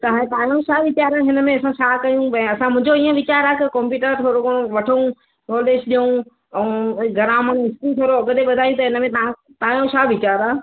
त हाणे फ़ाइनल छा वीचार आहे हिन में असां छा कयूं भई असां मुंहिंजो इअं वीचार आहे त कंप्युटर वठूं थोरो घणो वठूं नॉलेज ॾियूं ऐं गरामनि इस्कूल थोरो अॻिते वधायूं त हिन में तव्हां तव्हां जो छा वीचार आहे